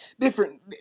different